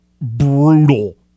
brutal